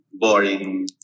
boring